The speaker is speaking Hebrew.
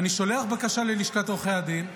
אני שולח בבקשה ללשכת עורכי הדין,